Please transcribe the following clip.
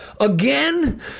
again